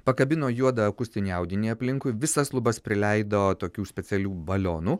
pakabino juodą akustinį audinį aplinkui visas lubas prileido tokių specialių balionų